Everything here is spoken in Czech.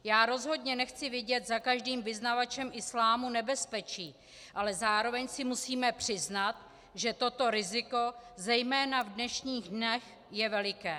Já rozhodně nechci vidět za každým vyznavačem islámu nebezpečí, ale zároveň si musíme přiznat, že toto riziko zejména v dnešních dnech je veliké.